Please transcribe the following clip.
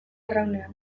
arraunean